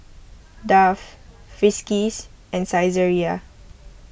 Dove Friskies and Saizeriya